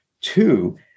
two